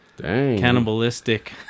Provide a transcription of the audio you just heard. cannibalistic